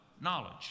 knowledge